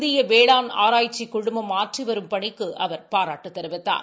இந்திய வேளாண் ஆராய்ச்சி குழுமம் ஆற்றி வரும் பணிக்கு அவர் பாராட்டு தெரிவித்தார்